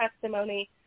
testimony